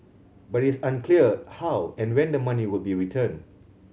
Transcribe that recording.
but it is unclear how and when the money will be returned